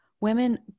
women